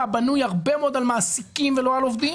בנוי הרבה מאוד על מעסיקים ולא על עובדים.